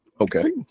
Okay